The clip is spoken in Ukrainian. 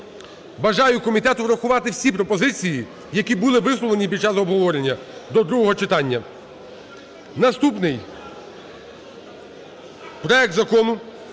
Бажаю комітету врахувати всі пропозиції, які були висловлені під час обговорення до другого читання. Наступний проект Закону